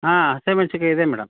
ಹಾಂ ಹಸಿ ಮೆಣ್ಸಿನ್ಕಾಯ್ ಇದೆ ಮೇಡಮ್